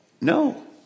No